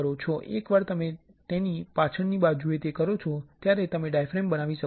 એકવાર તમે તેની પાછળની બાજુએ તે કરો છો ત્યારે તમે ડાયાફ્રેમ બનાવી શકો છો